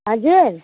हजुर